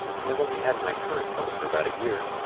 and i've only had my current phone for about a year,